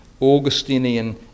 Augustinian